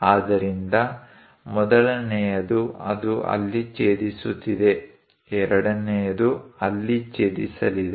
ಆದ್ದರಿಂದ ಮೊದಲನೆಯದು ಅದು ಅಲ್ಲಿ ಛೇದಿಸುತ್ತಿದೆ ಎರಡನೆಯದು ಅಲ್ಲಿ ಛೇದಿಸಲಿದೆ